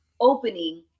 opening